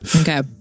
Okay